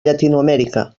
llatinoamèrica